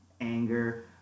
anger